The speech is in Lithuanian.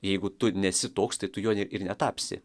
jeigu tu nesi toks tai tu juo ir netapsi